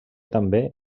també